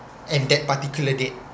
and that particular date